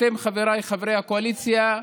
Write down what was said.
אתם, חבריי חברי הקואליציה,